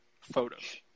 photos